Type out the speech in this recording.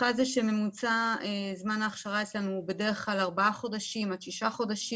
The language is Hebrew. אחת היא שממוצע זמן ההכשרה אצלנו הוא בדרך כלל ארבעה עד שישה חודשים.